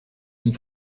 une